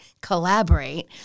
collaborate